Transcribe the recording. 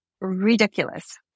ridiculous